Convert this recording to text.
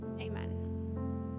Amen